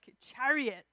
chariot